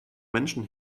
menschen